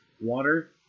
water